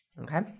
Okay